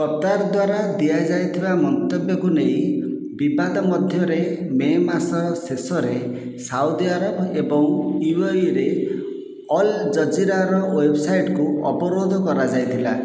Qatar ଦ୍ୱାରା ଦିଆଯାଇଥିବା ମନ୍ତବ୍ୟକୁ ନେଇ ବିବାଦ ମଧ୍ୟରେ ମେ ମାସ ଶେଷରେ ସାଉଦି ଆରବ ଏବଂ ୟୁଏଇ ରେ ଅଲ୍ ଜଜିରାର ୱେବ୍ସାଇଟ୍କୁ ଅବରୋଧ କରାଯାଇଥିଲା